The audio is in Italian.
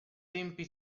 tempi